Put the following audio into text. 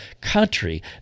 country